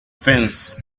fence